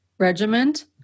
Regiment